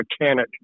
Mechanic